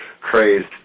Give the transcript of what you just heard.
Crazed